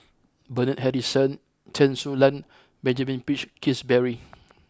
Bernard Harrison Chen Su Lan Benjamin Peach Keasberry